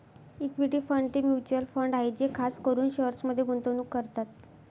equity fund ते mutual fund आहे जे खास करून शेअर्समध्ये गुंतवणूक करतात